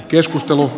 keskustelu